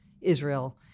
Israel